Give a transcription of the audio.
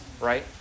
right